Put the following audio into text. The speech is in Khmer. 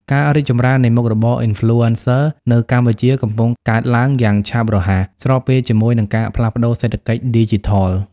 ការរីកចម្រើននៃមុខរបរ Influencer នៅកម្ពុជាកំពុងកើតឡើងយ៉ាងឆាប់រហ័ស ស្របពេលជាមួយនឹងការផ្លាស់ប្ដូរសេដ្ឋកិច្ចឌីជីថល។